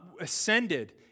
ascended